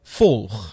volg